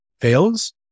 fails